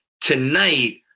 tonight